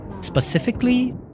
specifically